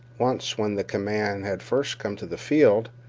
once, when the command had first come to the field,